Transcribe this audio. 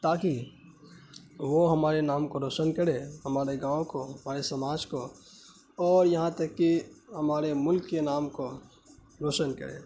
تاکہ وہ ہمارے نام کو روشن کرے ہمارے گاؤں کو ہمارے سماج کو اور یہاں تک کہ ہمارے ملک کے نام کو روشن کرے